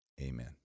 amen